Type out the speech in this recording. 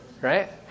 right